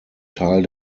tal